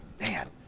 Man